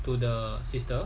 to the system